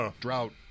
drought